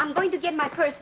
i'm going to get my place